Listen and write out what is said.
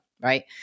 right